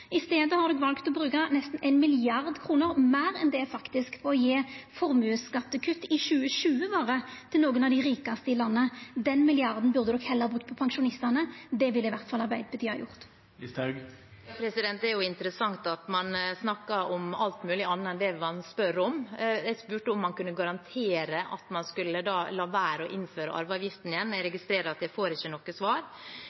I staden har dei valt å bruka nesten ein milliard kr meir til faktisk å gje formuesskatt i 2020 til nokre av dei rikaste i landet. Den milliarden burde dei heller ha brukt på pensjonistane. Det ville Arbeidarpartiet ha gjort. Det er interessant at man snakker om alt mulig annet enn det jeg spør om. Jeg spurte om man kunne garantere at man skulle la være å innføre arveavgiften igjen. Jeg